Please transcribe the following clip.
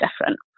different